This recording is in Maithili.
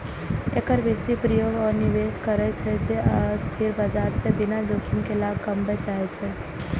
एकर बेसी प्रयोग ओ निवेशक करै छै, जे अस्थिर बाजार सं बिना जोखिम के लाभ कमबय चाहै छै